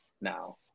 now